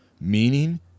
Meaning